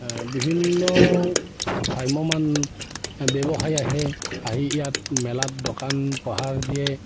বিভিন্ন ভ্ৰাম্যমাণ ব্যৱসায় আহে আহি ইয়াত মেলাত দোকান পোহাৰ দিয়ে